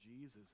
Jesus